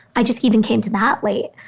i just even came to that late.